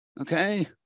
okay